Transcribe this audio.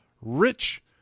Rich